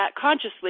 consciously